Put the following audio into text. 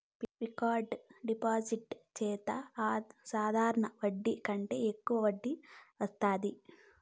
fixed deposit చెత్తే సాధారణ వడ్డీ కంటే యెక్కువ వడ్డీ వత్తాది